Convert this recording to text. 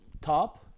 top